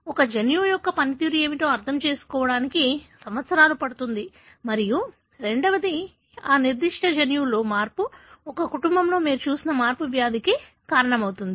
ఒక జన్యువు యొక్క పనితీరు ఏమిటో అర్థం చేసుకోవడానికి సంవత్సరాలు పడుతుంది మరియు రెండవది ఆ నిర్దిష్ట జన్యువులో మార్పు ఒక కుటుంబంలో మీరు చూసిన మార్పు వ్యాధికి కారణమవుతుంది